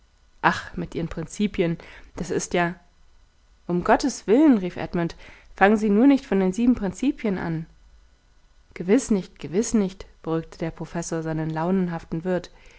ach mit ihren prinzipien das ist ja um gotteswillen rief edmund fangen sie nur nicht von den sieben prinzipien an gewiß nicht gewiß nicht beruhigte der professor seinen launenhaften wirt